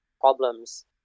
problems